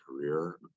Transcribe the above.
career